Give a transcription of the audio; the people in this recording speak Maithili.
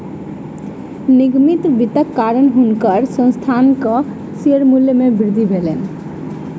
निगमित वित्तक कारणेँ हुनकर संस्थानक शेयर मूल्य मे वृद्धि भेलैन